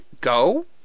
go